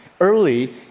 early